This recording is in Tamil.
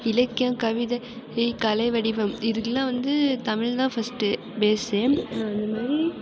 இலக்கியம் கவிதை கலை வடிவம் இதுக்குலாம் வந்து தமிழ்தான் ஃபர்ஸ்ட்டு பேஸ்ஸு அதை மாதிரி